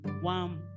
one